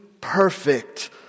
perfect